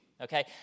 Okay